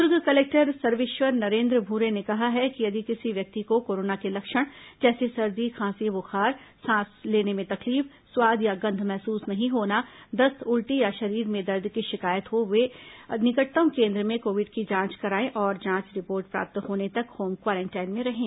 Durg collector Sarveshwar Narendra Bhure ने कहा है कि यदि किसी व्यक्ति को कोरोना के लक्षण जैसे सर्दी खांसी बुखार सांस लेने में तकलीफ स्वाद या गंध महसूस नहीं होना दस्त उल्टी या शरीर में दर्द की शिकायत हो तो वे निकटतम केन्द्र में कोविड जांच कराएं और जांच रिपोर्ट प्राप्त होने तक होम क्वारटाइन में रहें